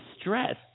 stress